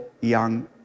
young